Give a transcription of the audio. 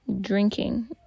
drinking